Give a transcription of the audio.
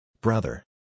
Brother